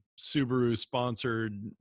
Subaru-sponsored